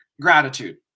gratitude